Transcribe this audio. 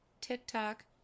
TikTok